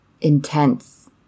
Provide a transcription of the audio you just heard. intense